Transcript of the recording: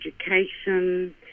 education